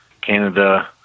Canada